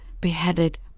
beheaded